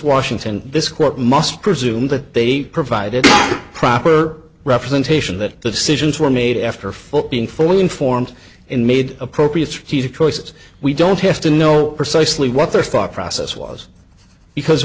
washington this court must presume that they provided proper representation that the decisions were made after folk being fully informed and made appropriate strategic choices we don't have to know precisely what their thought process was because